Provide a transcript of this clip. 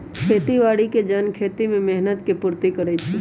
खेती बाड़ी के जन खेती में मेहनत के पूर्ति करइ छइ